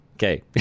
Okay